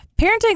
parenting